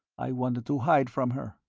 i wanted to hide from her.